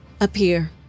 appear